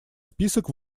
список